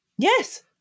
Yes